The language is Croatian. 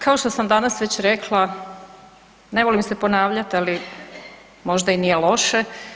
Kao što sam danas već rekla, ne volim se ponavljati, ali možda i nije loše.